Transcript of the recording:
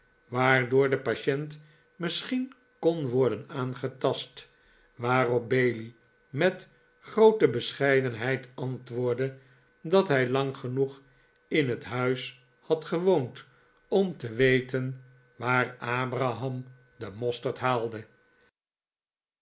waardoor de patient misschien kon worden aangetast waarop bailey met groote bescheidenheid antwoordde dat hij lang genoeg in het huis had gewoond om te weten waar abram den mosterd haalde